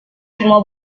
semua